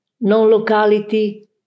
non-locality